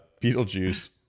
Beetlejuice